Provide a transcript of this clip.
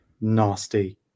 nasty